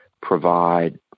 provide